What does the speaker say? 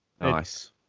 Nice